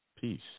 Peace